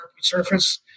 surface